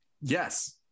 yes